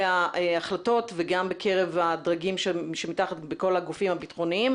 ההחלטות וגם בקרב הדרגים שמתחת בכל הגופים הביטחוניים,